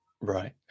right